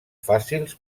fàcils